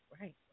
right